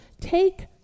take